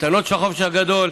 הקייטנות של החופש הגדול,